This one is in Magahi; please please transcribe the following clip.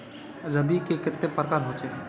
रवि के कते प्रकार होचे?